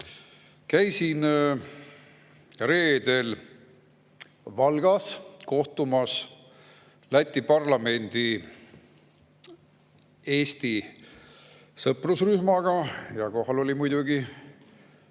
Käisin reedel Valgas kohtumas Läti parlamendi Eesti sõprusrühmaga ja kohal oli muidugi